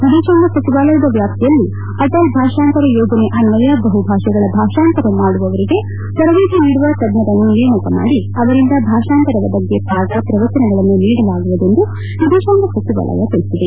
ವಿದೇಶಾಂಗ ಸಚಿವಾಲಯದ ವ್ಯಾಪ್ತಿಯಲ್ಲಿ ಅಟಲ್ ಭಾಷಂತರ ಯೋಜನೆ ಅನ್ವಯ ಬಹುಭಾಷೆಗಳ ಭಾಷಂತರ ಮಾಡುವವರಿಗೆ ತರಬೇತಿ ನೀಡುವ ತಜ್ಞರನ್ನು ನೇಮಕ ಮಾಡಿ ಅವರಿಂದ ಭಾಷಂತರದ ಬಗ್ಗೆ ಪಾಠ ಪ್ರವಚನಗಳನ್ನು ನೀಡಲಾಗುವುದು ಎಂದು ವಿದೇಶಾಂಗ ಸಚಿವಾಲಯ ತಿಳಿಸಿದೆ